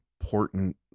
important